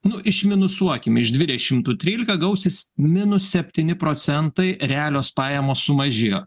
nu išminusuokim iš dvidešimt du trylika gausis minus septyni procentai realios pajamos sumažėjo